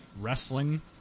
wrestling